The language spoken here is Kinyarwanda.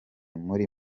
muri